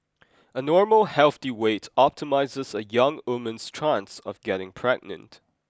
a normal healthy weight optimises a young woman's chance of getting pregnant